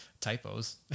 typos